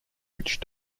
which